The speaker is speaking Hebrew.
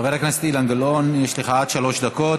חבר הכנסת אילן גילאון, יש לך עד שלוש דקות,